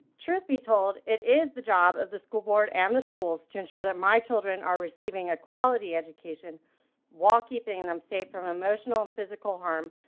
truth be told it is the job of the school board and the schools to ensure that my children are receiving a quality education while keeping them safe from emotional and physical harm,